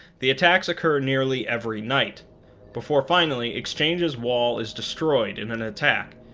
the attacks occur nearly every night before finally, exchange's wall is destroyed in an attack,